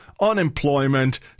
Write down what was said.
unemployment